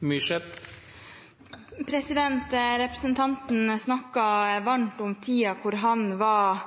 replikkordskifte. Representanten snakket varmt om tiden da han var